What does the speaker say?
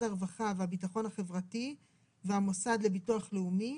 הרווחה והביטחון החברתי והמוסד לביטוח לאומי,